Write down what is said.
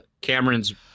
Cameron's